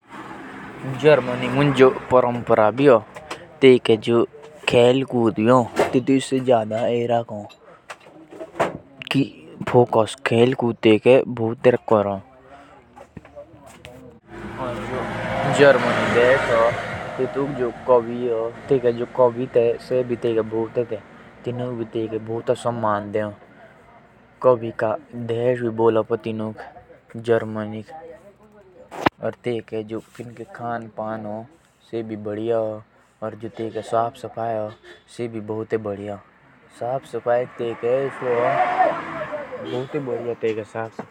जर्मन के जो प्रथा हो सैइ अक्सि हो जर्मानिक कवियो का देश भी बोलो। ए खेल कूद मुझा खूब रुचे राखो। और एटके एनका नाच गाना भी खूब हो।